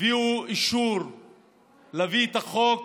הביאו לאישור להביא את החוק